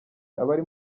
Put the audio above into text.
abari